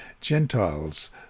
Gentiles